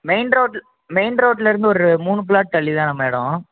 main ரோட்டில் main ரோட்டில் இருந்து ஒரு மூணு ப்ளாட் தள்ளி தான் நம்ம எடம்